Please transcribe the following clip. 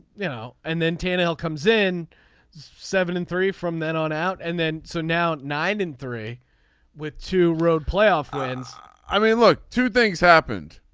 you know and then tannehill comes in seven and three from then on out and then so now nine and three with two road playoff wins i mean look two things happened